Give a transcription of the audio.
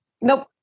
Nope